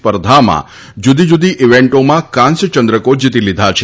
સ્પર્ધામાં જુદી જુદી ઇવેન્ટોમાં કાંસ્ય ચંદ્રકો જીતી લીધા છે